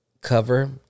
cover